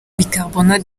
bicarbonate